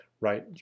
right